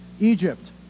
Egypt